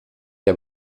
der